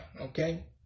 okay